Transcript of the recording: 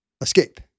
escape